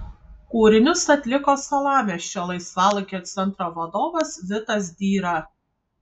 kūrinius atliko salamiesčio laisvalaikio centro vadovas vitas dyra